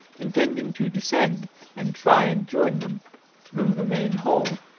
intending to descend and try and join them through the main hall,